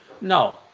No